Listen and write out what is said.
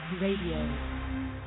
Radio